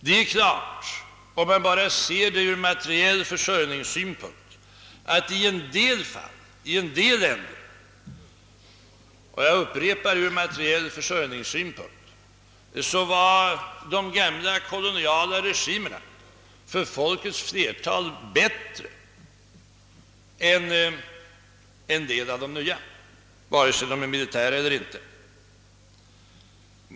Det är klart att, om man bara ser saken från materiell försörjningssynpunkt, de gamla koloniala regimerna i en del fall och i vissa länder var bättre för folkets stora flertal än de nya regimerna, vare sig de är militära eller inte.